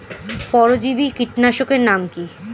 পরজীবী কীটনাশকের নাম কি?